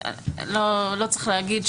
לא צריך להגיד,